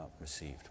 received